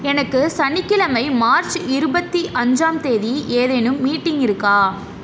எனக்கு சனிக்கிழமை மார்ச் இருபத்து அஞ்சாம் தேதி ஏதேனும் மீட்டிங் இருக்கா